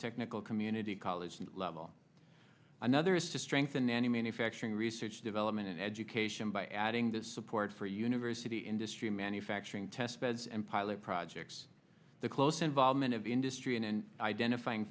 technical community college level another is to strengthen any manufacturing research development and education by adding this support for university industry manufacturing testbeds and pilot projects the close involvement of the industry and in identifying